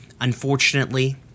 unfortunately